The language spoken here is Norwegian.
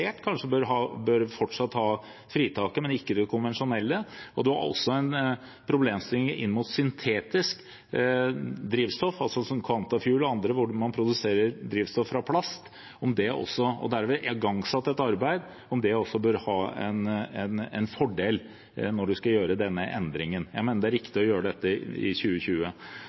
kanskje fortsatt bør ha fritak, men ikke det konvensjonelle. En annen problemstilling er om også syntetisk drivstoff, som Quantafuel og andre, hvor man produserer drivstoff fra plast – det er igangsatt et arbeid – bør ha en fordel når man skal gjøre denne endringen. Jeg mener det er riktig å gjøre dette i 2020.